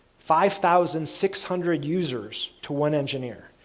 five thousand six hundred users to one engineer,